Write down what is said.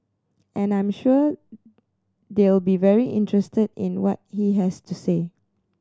and I'm sure they'll be very interested in what he has to say